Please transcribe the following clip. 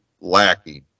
lacking